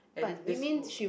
and this room